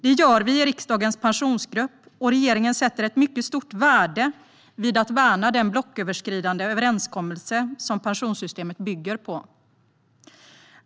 Det gör vi i riksdagens pensionsgrupp, och regeringen sätter ett mycket stort värde i att värna den blocköverskridande överenskommelse som pensionssystemet bygger på.